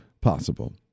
possible